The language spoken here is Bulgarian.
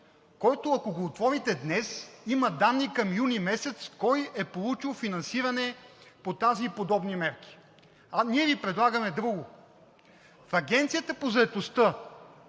който ако го отворите днес, има данни към юни месец кой е получил финансиране по тази и по подобни мерки. Ние Ви предлагаме друго – в Агенцията по заетостта